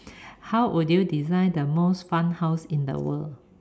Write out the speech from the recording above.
how would you design the most fun house in the world